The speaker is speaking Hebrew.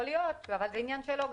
יכול להיות, אבל זה עניין שלה.